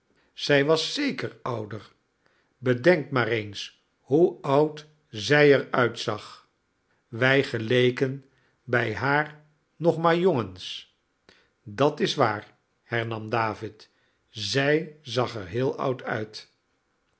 zij was zeker ouder bedenk maar eens hoe oud zij er uitzag wij geleken bij haar nog maar jongens dat is waar hernam david zij zag er heel oud uit